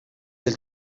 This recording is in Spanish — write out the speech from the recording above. del